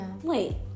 wait